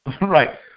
Right